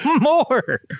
more